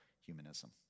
humanism